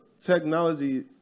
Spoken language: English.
technology